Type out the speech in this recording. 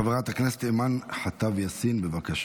חברת הכנסת אימאן ח'טב יאסין, בבקשה,